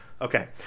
Okay